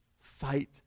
Fight